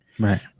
Right